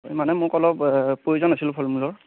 মানে মোক অলপ প্ৰয়োজন হৈছিল ফল মূলৰ